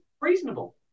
reasonable